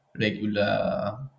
regular